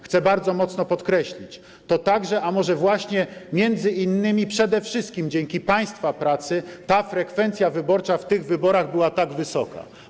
Chcę bardzo mocno podkreślić: to także, a może właśnie przede wszystkim dzięki Państwa pracy frekwencja wyborcza w tych wyborach była tak wysoka.